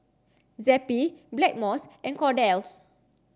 Zappy Blackmores and Kordel's